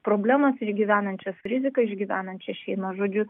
problemas ir išgyvenančias riziką išgyvenančią šeimą žodžiu